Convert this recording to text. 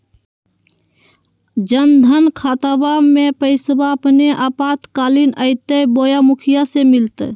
जन धन खाताबा में पैसबा अपने आपातकालीन आयते बोया मुखिया से मिलते?